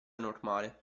normale